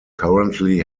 currently